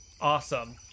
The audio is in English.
Awesome